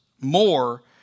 more